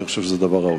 אני חושב שזה דבר ראוי.